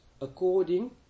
according